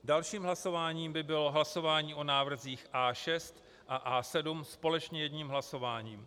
Dalším hlasováním by bylo hlasování o návrzích A6 a A7 společně jedním hlasováním.